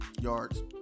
yards